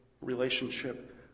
relationship